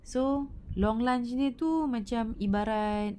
so long lunch ini tu macam ibarat